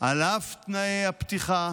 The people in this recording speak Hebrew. על אף תנאי הפתיחה